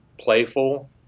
playful